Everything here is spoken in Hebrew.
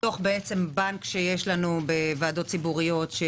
מתוך בנק שיש לנו בוועדות ציבוריות?